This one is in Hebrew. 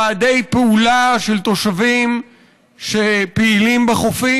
ועדי פעולה של תושבים שפעילים בחופים